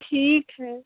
ठीक है